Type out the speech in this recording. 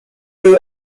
who